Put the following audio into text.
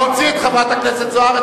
להוציא את חברת הכנסת זוארץ.